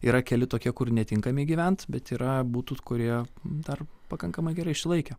yra keli tokie kur netinkami gyvent bet yra butų kurie dar pakankamai gerai išsilaikę